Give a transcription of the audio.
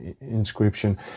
inscription